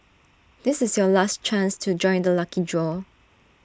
this is your last chance to join the lucky draw